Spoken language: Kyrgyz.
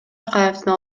акаевдин